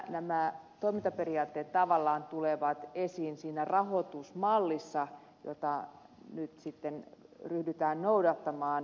nämä toimintaperiaatteet tavallaan tulevat esiin siinä rahoitusmallissa jota nyt sitten ryhdytään noudattamaan